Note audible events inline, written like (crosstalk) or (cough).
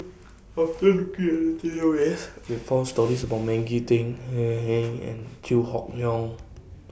after (unintelligible) At The Database We found stories about Maggie Teng (unintelligible) and Chew Hock Leong